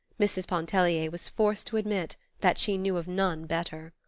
mrs. pontellier was forced to admit that she knew of none better.